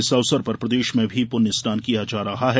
इस अवसर पर प्रदेष में भी पुण्य स्नान किया जा रहा है